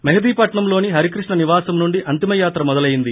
మెహదీపట్నంలోని హరికృష్ణ నివాసం నుండి అంతిమయాత్ర మొదలయ్యింది